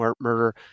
murder